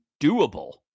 doable